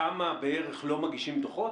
כמה בערך לא מגישים דוחות?